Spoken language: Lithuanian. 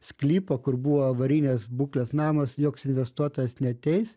sklypą kur buvo avarinės būklės namas joks investuotojas neateis